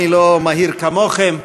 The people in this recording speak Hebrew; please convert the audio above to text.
אני לא מהיר כמוכם,